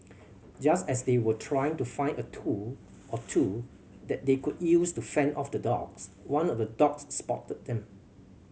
just as they were trying to find a tool or two that they could use to fend off the dogs one of the dogs spotted them